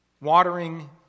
watering